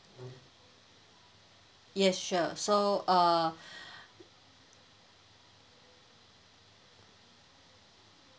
yes sure so uh